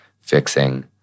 fixing